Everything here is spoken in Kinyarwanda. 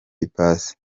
ipasi